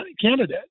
candidate